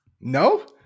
No